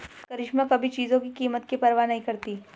करिश्मा कभी चीजों की कीमत की परवाह नहीं करती